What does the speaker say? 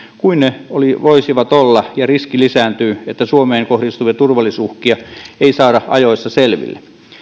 kuin ne voisivat olla ja sen riski lisääntyy että suomeen kohdistuvia turvallisuusuhkia ei saada ajoissa selville